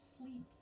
sleep